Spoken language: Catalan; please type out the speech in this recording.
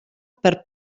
per